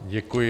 Děkuji.